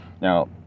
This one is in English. Now